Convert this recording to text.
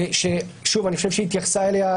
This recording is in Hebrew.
שהתייחסו אליה,